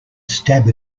stab